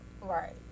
right